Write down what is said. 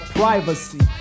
privacy